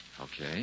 Okay